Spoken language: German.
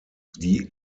die